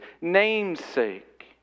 namesake